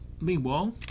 Meanwhile